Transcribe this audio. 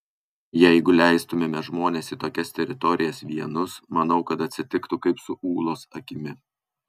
jeigu leistumėme žmones į tokias teritorijas vienus manau kad atsitiktų kaip su ūlos akimi